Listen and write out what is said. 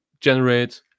generate